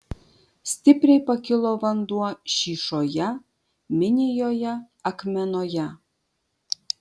stipriai pakilo vanduo šyšoje minijoje akmenoje